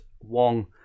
Wong